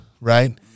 right